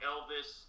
Elvis